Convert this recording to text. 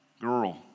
girl